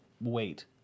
wait